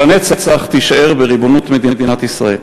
שלנצח תישאר בריבונות מדינת ישראל.